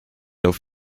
auf